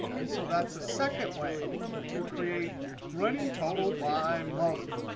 and so that's a second way to create running total by month.